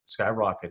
skyrocketed